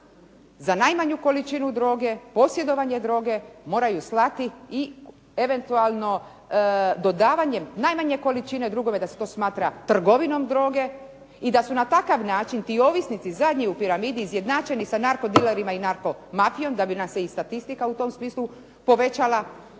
za najmanju količinu droge, posjedovanje droge moraju slati i eventualno dodavanjem najmanje količine drugome da se to smatra trgovinom droge i da su na takav način ti ovisnici zadnji u piramidi izjednačeni sa narkodilerima i narkomafijom, da bi nam se i statistika u tom smislu povećala,